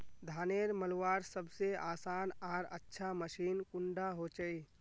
धानेर मलवार सबसे आसान आर अच्छा मशीन कुन डा होचए?